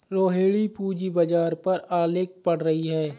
रोहिणी पूंजी बाजार पर आलेख पढ़ रही है